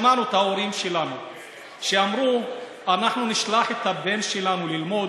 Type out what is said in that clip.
שמענו את ההורים שלנו שאמרו: אנחנו נשלח את הבן שלנו ללמוד,